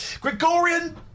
Gregorian